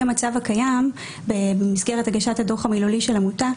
המצב הקיים במסגרת הגשת הדוח המילולי של עמותה,